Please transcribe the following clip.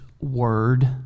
Word